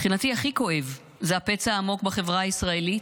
מבחינתי הכי כואב זה הפצע העמוק בחברה הישראלית,